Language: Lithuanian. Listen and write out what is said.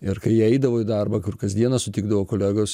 ir kai jie eidavo į darbą kur kasdieną sutikdavo kolegos